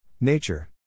Nature